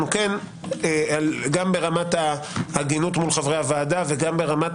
גם ברמת ההגינות מול חברי הוועדה וגם ברמת